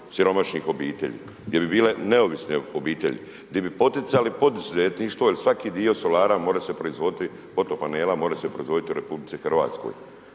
siromašnih obitelji, gdje bi bile neovisne obitelji, gdje bi poticali poduzetništvo jer svaki di solara mora se proizvoditi od tog